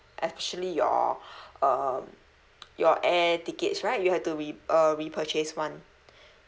actually your um your air tickets right you have to re~ uh repurchase one